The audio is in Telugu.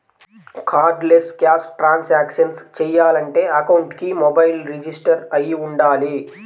కార్డ్లెస్ క్యాష్ ట్రాన్సాక్షన్స్ చెయ్యాలంటే అకౌంట్కి మొబైల్ రిజిస్టర్ అయ్యి వుండాలి